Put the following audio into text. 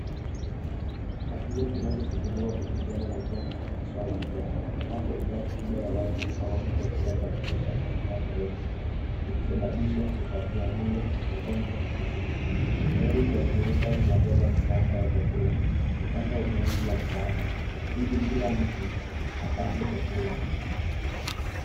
Hatua zinazochukuliwa kupigana na janga hasa la njaa ambapo idadi kubwa ya watu hawana chakula cha kutosha kwa muda mrefu ikisababisha utapia mlp,magonjwa na vifo. Lori za shirika zinabeba misaada ya chakula, kupanga utoaji wa msaada ili kila mtu apate chakula.